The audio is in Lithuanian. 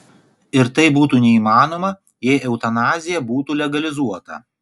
ir tai būtų neįmanoma jei eutanazija būtų legalizuota